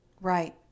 right